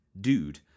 dude